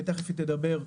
ותיכף היא תדבר.